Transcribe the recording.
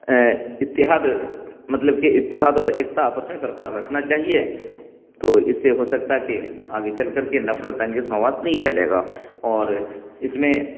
اتحاد مطلب کہ اتحاد اور ایکتا آپس میں برقرار رکھنا چاہیے تو اس سے ہو سکتا کہ آگے چل کر کے نفرت انگیز مواد نہیں پھیلے گا اور اس میں